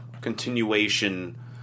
continuation